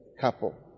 couple